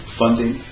funding